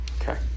Okay